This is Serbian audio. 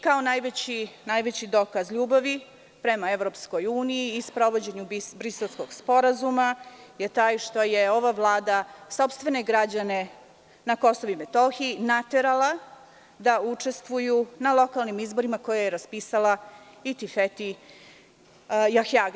Kao najveći dokaz ljubavi prema EU i sprovođenju Briselskog sporazuma je taj što je ova Vlada sopstvene građane na Kosovu i Metohiji naterala da učestvuju na lokalnim izborima koje je raspisala Atifete Jahjaga.